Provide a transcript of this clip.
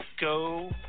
go